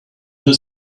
her